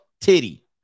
titty